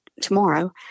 tomorrow